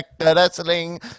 wrestling